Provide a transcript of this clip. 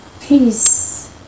peace